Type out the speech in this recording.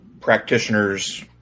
practitioners